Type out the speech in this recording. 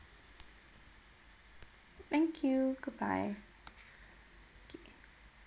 thank you goodbye